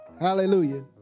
Hallelujah